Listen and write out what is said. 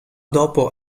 dopo